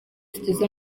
tugize